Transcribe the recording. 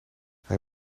hij